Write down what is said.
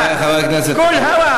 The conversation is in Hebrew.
(בערבית: מספיק, תסתום.) (בערבית: